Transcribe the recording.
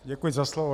Děkuji za slovo.